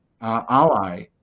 ally